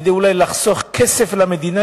אולי כדי לחסוך כסף למדינה,